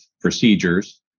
procedures